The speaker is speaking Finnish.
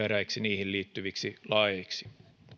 eräiksi niihin liittyviksi laeiksi